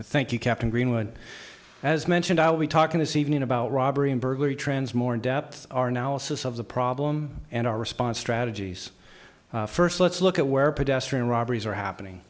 and thank you captain greenwood as mentioned i'll be talking as evening about robbery and burglary trends more in depth our analysis of the problem and our response strategies first let's look at where pedestrian robberies are happening